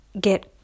get